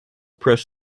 press